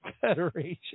Federation